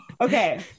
Okay